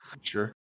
Sure